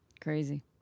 crazy